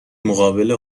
مقابل